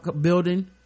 building